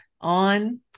on